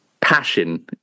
passion